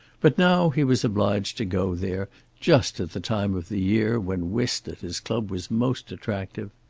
but now he was obliged to go there just at the time of the year when whist at his club was most attractive.